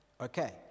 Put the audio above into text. Okay